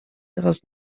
teraz